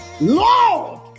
Lord